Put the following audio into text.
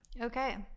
Okay